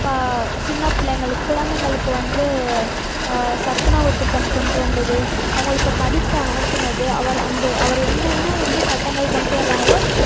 பா சின்ன பிள்ளைங்களுக்கு குழந்தைங்களுக்கு வந்து சத்துணவுத்திட்டம் கொண்டு வந்தது அவங்களுக்கு படிக்க அனுப்பினது அவர் அந்த அவர் என்னென்ன வந்து சட்டங்கள் கொண்டு வர்றாரோ